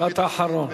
משפט אחרון.